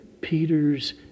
Peter's